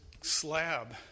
slab